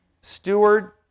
steward